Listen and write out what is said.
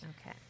Okay